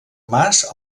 mas